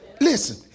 Listen